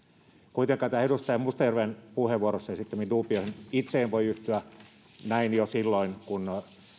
kuitenkaan edustaja mustajärven puheenvuorossaan esittämiin duubioihin itse en voi yhtyä näin jo silloin kun